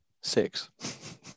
Six